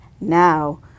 now